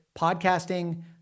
podcasting